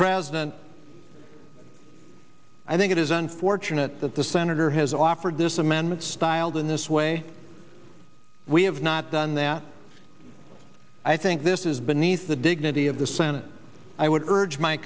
president i think it is unfortunate that the senator has offered this amendment styled in this way we have not done that i think this is beneath the dignity of the senate i would urge my